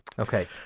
Okay